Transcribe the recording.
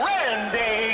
Randy